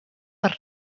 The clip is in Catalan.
per